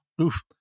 Oof